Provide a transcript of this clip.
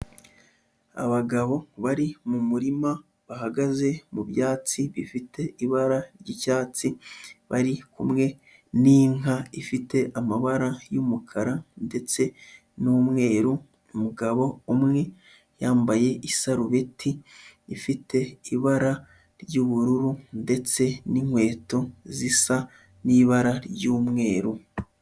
Abagabo bari mu murima bahagaze mu byatsi bifite ibara ry'icyatsi, bari kumwe n'inka ifite amabara y'umukara ndetse n'mweru, umugabo umwe yambaye isarubeti ifite ibara ry'ubururu ndetse n'inkweto zisa n'ibara ry'umweru.